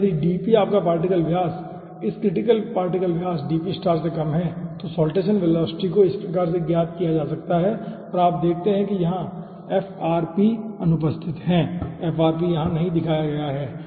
अब यदि dp आपका पार्टिकल व्यास इस क्रिटिकल पार्टिकल व्यास dp से कम है तो साल्टेसन वेलोसिटी को इस प्रकार से ज्ञात किया जा सकता है और आप देखते हैं कि यहाँ Frp अनुपस्थित है Frp यहाँ नहीं दिखाया गया है